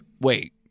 wait